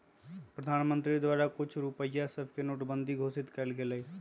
प्रधानमंत्री द्वारा कुछ रुपइया सभके नोटबन्दि घोषित कएल गेलइ